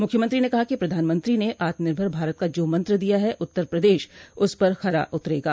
मुख्यमंत्री ने कहा कि प्रधानमंत्री ने आत्मनिर्भर भारत का जो मंत्र दिया है उत्तर प्रदेश उस पर खरा उतरेगा